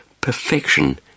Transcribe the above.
perfection